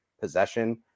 possession